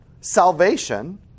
salvation